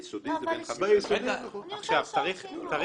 זה נכון שגם היום